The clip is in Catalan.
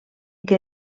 què